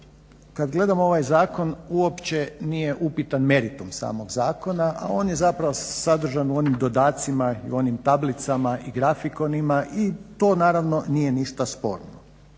kad gledam ovaj zakon uopće nije upitan meritum samog zakona, a on je zapravo sadržan u onim dodacima i u onim tablicama i grafikonima i to naravno nije ništa sporno.